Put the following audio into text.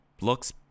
looks